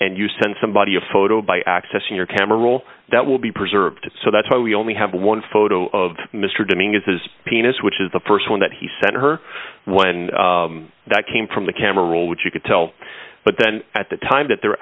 and you send somebody a photo by accessing your camera roll that will be preserved so that's why we only have one photo of mr dominguez his penis which is the st one that he sent her when that came from the camera which you could tell but then at the time that they're